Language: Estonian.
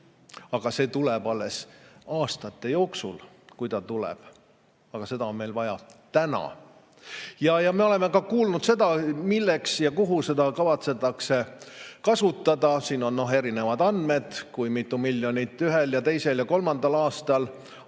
Aga see tuleb alles aastate jooksul, kui ta tuleb. Aga seda on meil vaja täna. Me oleme ka kuulnud seda, milleks ja kuhu seda raha kavatsetakse kasutada. Siin on erinevad andmed, kui mitu miljonit ühel ja teisel ja kolmandal aastal.